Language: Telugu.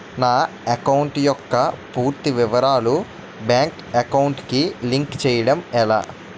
నా అకౌంట్ యెక్క పూర్తి వివరాలు బ్యాంక్ అకౌంట్ కి లింక్ చేయడం ఎలా?